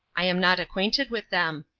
i am not acquainted with them.